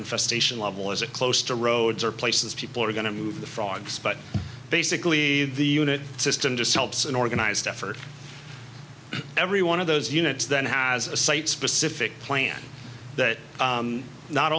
infestation level is it close to roads or places people are going to move the frogs but basically the unit system just helps an organized effort every one of those units then has a site specific plan that